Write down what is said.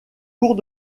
cours